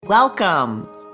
Welcome